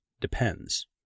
depends